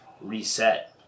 reset